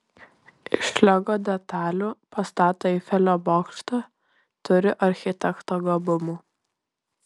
iš lego detalių pastato eifelio bokštą turi architekto gabumų